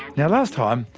you know last time,